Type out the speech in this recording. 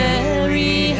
Mary